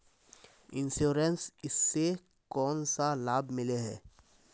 Insurance इस से कोन सा लाभ मिले है?